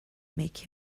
make